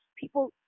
people